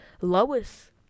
lois